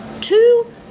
two